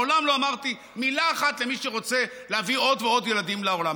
מעולם לא אמרתי מילה אחת למי שרוצה להביא עוד ועוד ילדים לעולם.